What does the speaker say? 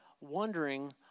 wondering